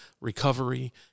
recovery